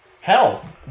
Hell